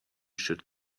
should